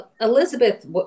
Elizabeth